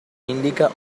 indica